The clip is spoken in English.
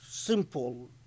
simple